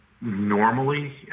Normally